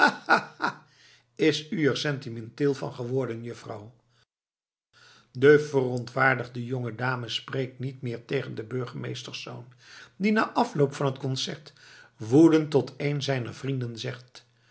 is u er sentimenteel van geworden juffrouw de verontwaardigde jonge dame spreekt niet meer tegen den burgemeesterszoon die na afloop van t concert woedend tot een zijner vrienden zegt